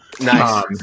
Nice